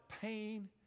pain